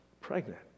pregnant